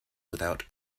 without